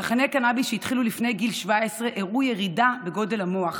צרכני קנביס שהתחילו לפני גיל 17 הראו ירידה בגודל המוח.